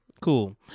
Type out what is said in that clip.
cool